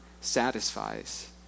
satisfies